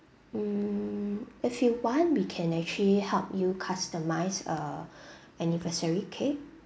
mm if you want we can actually help you customise a anniversary cake